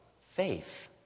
Faith